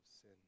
sin